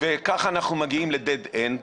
כך אנחנו מגיעים למבוי סתום.